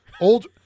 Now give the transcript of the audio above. Old